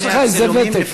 יש לך איזה ותק.